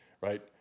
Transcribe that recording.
right